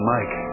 Mike